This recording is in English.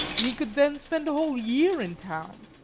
he could then spend a whole year in town.